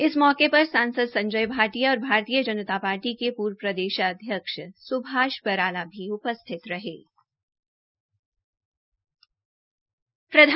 इस मौके पर सांसद संजय भाटिया और भारतीय जनता पार्टी के पूर्व प्रदेशाध्यक्ष सुभाष बराला भी उपस्थित थे